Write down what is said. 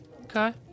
Okay